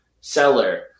seller